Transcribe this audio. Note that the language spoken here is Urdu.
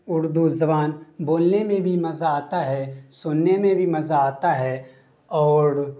اردو زبان بولنے میں بھی مزہ آتا ہے سننے میں بھی مزہ آتا ہے اور